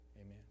Amen